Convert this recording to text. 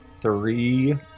three